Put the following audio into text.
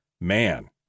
man